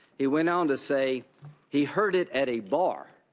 he went on to say he heard it at a bar.